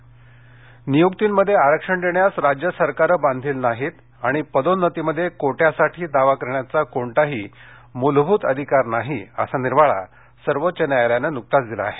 आरक्षण नियुक्तींमध्ये आरक्षण देण्यास राज्य सरकारे बांधील नाहीत आणि पदोन्नतीमध्ये कोट्यासाठी दावा करण्याचा कोणताही मूलभूत अधिकार नाही असा निर्वाळा सर्वोच्च न्यायालयानं नुकताच दिला आहे